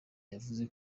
yavuze